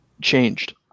changed